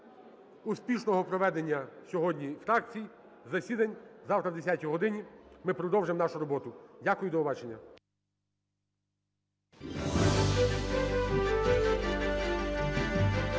Успішного проведення сьогодні фракцій, засідань. Завтра о 10 годині ми продовжимо нашу роботу. Дякую. До побачення.